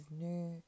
new